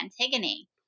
Antigone